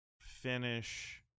finish